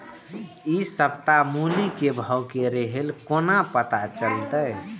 इ सप्ताह मूली के भाव की रहले कोना पता चलते?